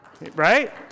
Right